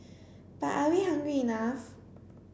but are we hungry enough